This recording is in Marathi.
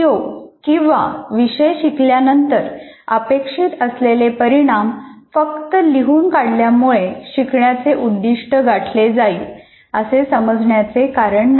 सी ओ किंवा विषय शिकल्यानंतर अपेक्षित असलेले परिणाम फक्त लिहून काढल्यामुळे शिकवण्याचे उद्दिष्ट गाठले जाईल असे समजण्याचे कारण नाही